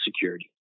security